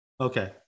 Okay